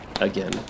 again